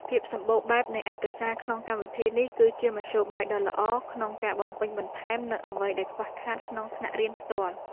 ភាពសម្បូរបែបនៃឯកសារក្នុងកម្មវិធីនេះ គឺជាមធ្យោបាយដ៏ល្អក្នុងការបំពេញបន្ថែមនូវអ្វីដែលខ្វះខាតក្នុងថ្នាក់រៀនផ្ទាល់។